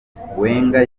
wenger